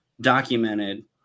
documented